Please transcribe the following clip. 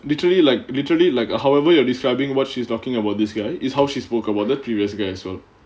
literally like literally like however you're describing what she's talking about this guy is how she spoke about the previous guy as well